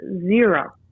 zero